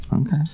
Okay